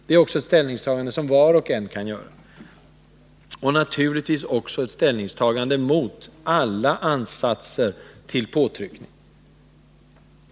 Det är också ett ställningstagande som var och en kan göra, och naturligtvis också ett ställningstagande mot alla ansatser till påtryckningar.